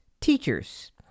teachers